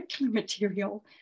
material